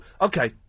okay